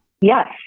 Yes